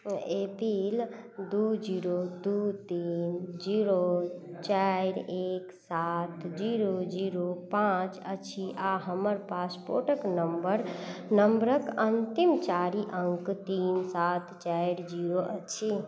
ए P L दुइ zero दुइ तीन जीरो चारि एक सात जीरो जीरो पाँच अछि आओर हमर पासपोर्टक नम्बर नम्बरके अन्तिम चारि अङ्क तीन सात चारि जीरो अछि